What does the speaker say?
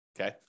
okay